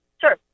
Sure